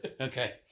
Okay